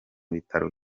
bitaro